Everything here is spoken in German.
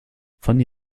fanny